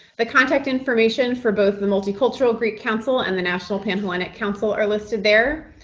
the contact information for both the multicultural greek council and the national pan-hellenic council are listed there.